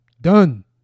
Done